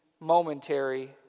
momentary